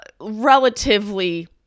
relatively